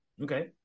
Okay